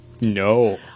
no